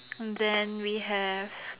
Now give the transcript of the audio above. and then we have